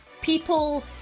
people